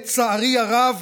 לצערי הרב,